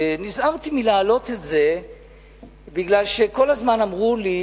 נזהרתי מלהעלות את זה כי כל הזמן אמרו לי